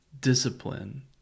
discipline